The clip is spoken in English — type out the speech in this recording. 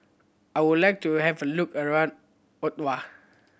I would like to have look around Ottawa